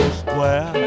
square